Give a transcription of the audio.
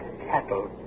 cattle